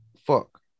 fuck